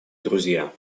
друзья